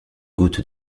gouttes